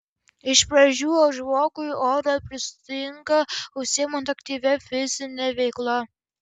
iš pradžių žmogui oro pristinga užsiimant aktyvia fizine veikla